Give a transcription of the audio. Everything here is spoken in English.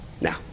Now